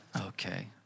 Okay